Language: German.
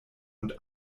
und